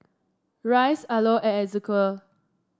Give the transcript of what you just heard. Rice Arlo Ezequiel